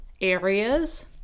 areas